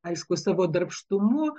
aišku savo darbštumu